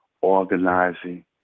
organizing